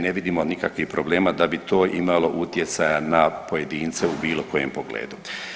Ne vidimo nikakvih problema da bi to imalo utjecaja na pojedince u bilo kojem pogledu.